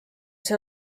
see